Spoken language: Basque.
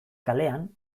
kalean